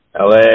LA